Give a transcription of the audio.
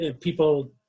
People